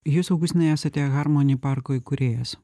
jūs augustinai esate harmony parko įkūrėjas